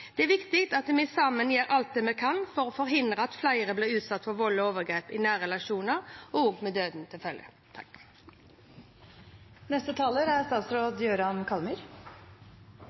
det arbeidet de har gjort. Det er viktig at vi sammen gjør alt vi kan for å forhindre at flere blir utsatt for vold og overgrep i nære relasjoner med døden til følge. Forebygging og bekjempelse av vold i nære relasjoner er